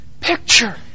picture